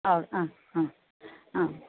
ആ ആ ആ ആ